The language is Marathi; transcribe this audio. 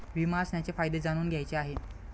विमा असण्याचे फायदे जाणून घ्यायचे आहे